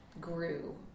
grew